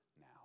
now